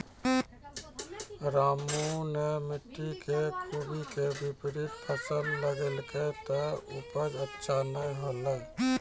रामू नॅ मिट्टी के खूबी के विपरीत फसल लगैलकै त उपज अच्छा नाय होलै